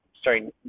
starting